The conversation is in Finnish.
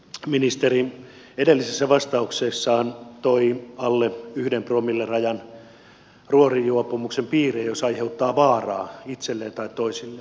ministeri edellisessä vastauksessaan toi alle yhden promillerajan ruorijuopumuksen piiriin jos aiheuttaa vaaraa itselleen tai toisille